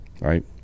Right